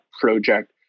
project